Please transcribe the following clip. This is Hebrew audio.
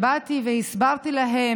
באתי והסברתי להם,